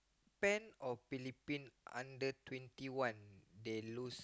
Pen or Philippine under twenty one they lose